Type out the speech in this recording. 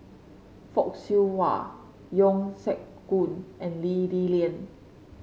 Fock Siew Wah Yeo Siak Goon and Lee Li Lian